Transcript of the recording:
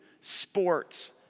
sports